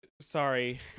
Sorry